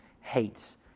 hates